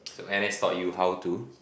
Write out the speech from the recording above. so N_S taught you how to